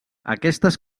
aquestes